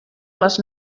les